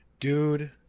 Dude